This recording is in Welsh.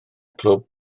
clwb